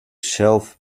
shelf